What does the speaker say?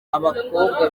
abakobwa